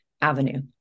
avenue